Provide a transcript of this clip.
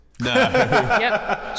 No